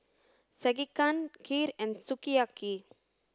Sekihan Kheer and Sukiyaki